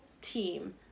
team